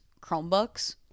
chromebooks